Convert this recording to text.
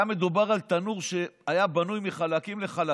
היה מדובר על תנור שהיה בנוי חלקים-חלקים,